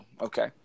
okay